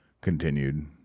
continued